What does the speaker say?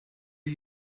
are